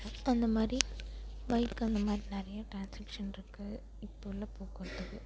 அந்தமாதிரி பைக்கு அந்தமாதிரி நிறைய ட்ரான்ஸ்செக்ஷன் இருக்கு இப்போ உள்ள போக்குவரத்துக்கு